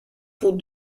proue